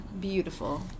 Beautiful